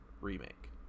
remake